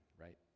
right